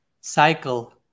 cycle